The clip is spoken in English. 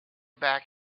back